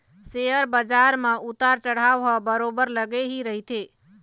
share बजार म उतार चढ़ाव ह बरोबर लगे ही रहिथे